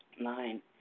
Nine